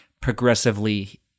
progressively